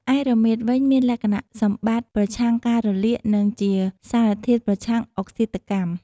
ឯរមៀតវិញ មានលក្ខណៈសម្បត្តិប្រឆាំងការរលាក និងជាសារធាតុប្រឆាំងអុកស៊ីតកម្ម។